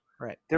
Right